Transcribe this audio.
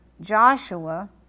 Joshua